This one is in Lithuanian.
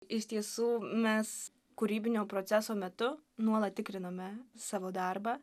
iš tiesų mes kūrybinio proceso metu nuolat tikrinome savo darbą